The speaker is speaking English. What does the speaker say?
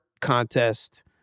contest